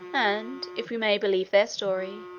and, if we may believe their story,